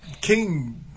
King